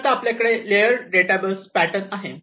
तर आता आपल्याकडे लेयर डेटा बस पॅटर्न आहे